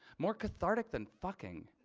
more cathartic than fucking